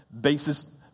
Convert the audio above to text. basis